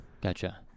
gotcha